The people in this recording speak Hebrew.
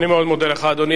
אני מאוד מודה לך, אדוני.